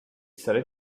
said